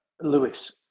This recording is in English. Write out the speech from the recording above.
Lewis